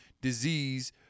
disease